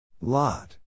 Lot